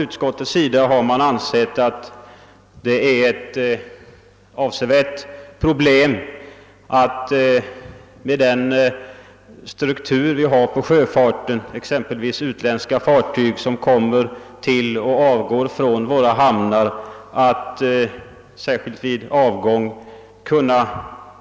Utskottsmajoriteten har ansett att det med nuvarande struktur hos vår sjöfart är svårigheter förenade med att genomföra en blodprovstagning. Detta gäller exempelvis utländska fartyg som anlöper och avgår från våra hamnar och då särskilt vid deras avgång.